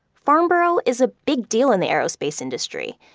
farnborough is a big deal in the aerospace industry.